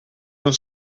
non